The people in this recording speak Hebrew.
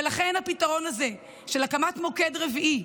ולכן הפתרון הזה של הקמת מוקד רביעי.